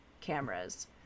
cameras